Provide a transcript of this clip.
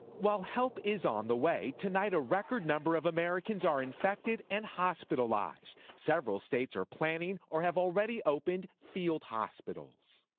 while help is on the way, tonight a record number of americans are infected and hospitalized. several states are planning or have already opened field hospitals.